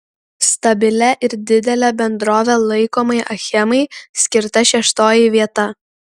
stabilia ir didele bendrove laikomai achemai skirta šeštoji vieta